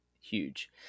huge